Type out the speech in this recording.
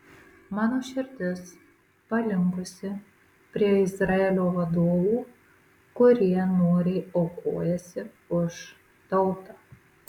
mano širdis palinkusi prie izraelio vadovų kurie noriai aukojasi už tautą